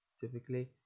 typically